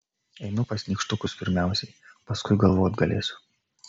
einu pas nykštukus pirmiausiai paskui galvot galėsiu